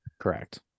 Correct